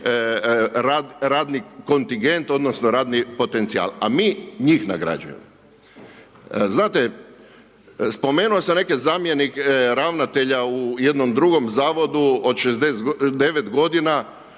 radni kontingent odnosno radni potencijal, a mi njih nagrađujemo. Znate, spomenuo sam neke zamjenike ravnatelja u jednom drugom zavodu od 69 godina,